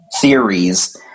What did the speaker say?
theories